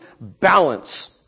balance